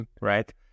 right